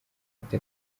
ati